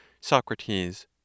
Socrates